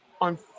on